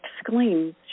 exclaims